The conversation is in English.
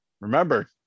remember